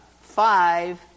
five